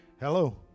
hello